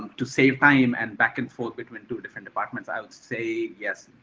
to save time and back and forth between two different departments, i would say yes,